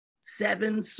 seven